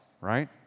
right